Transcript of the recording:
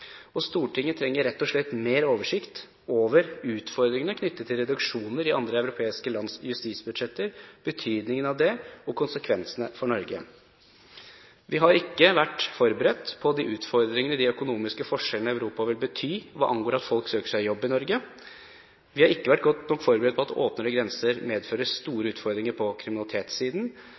og beredskap i rike Norge. Stortinget trenger rett og slett mer oversikt over utfordringene knyttet til reduksjoner i andre europeiske lands justisbudsjetter, betydningen av det og konsekvensene for Norge. Vi har ikke vært forberedt på de utfordringene de økonomiske forskjellene i Europa vil bety, hva angår at folk søker seg jobb i Norge. Vi har ikke vært godt nok forberedt på at åpnere grenser medfører store utfordringer på kriminalitetssiden.